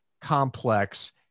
complex